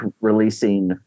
releasing